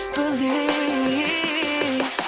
believe